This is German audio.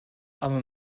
aber